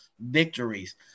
victories